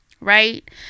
Right